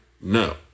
No